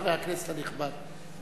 חבר הכנסת הנכבד,